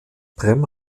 prem